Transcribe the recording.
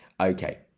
Okay